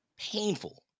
Painful